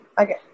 Okay